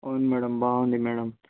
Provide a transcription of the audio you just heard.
అవును మేడమ్ బాగుంది మేడమ్